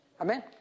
Amen